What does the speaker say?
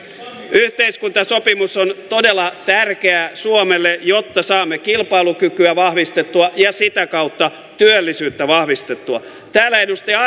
yhteiskuntasopimus on todella tärkeä suomelle jotta saamme kilpailukykyä vahvistettua ja sitä kautta työllisyyttä vahvistettua täällä edustaja